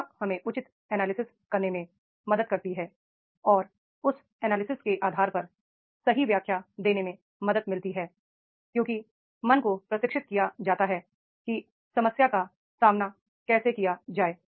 शिक्षा हमें उचित एनालिसिस करने में मदद करती है और उस एनालिसिस के आधार पर सही व्याख्या देने में मदद मिलती है क्योंकि मन को प्रशिक्षित किया जाता है कि समस्या का सामना कैसे किया जाए